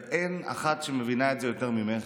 ואין אחת שמבינה את זה יותר ממך,